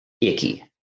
icky